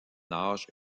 âge